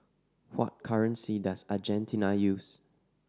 what currency does Argentina use